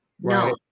No